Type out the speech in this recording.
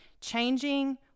changing